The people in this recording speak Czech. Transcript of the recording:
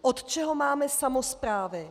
Od čeho máme samosprávy?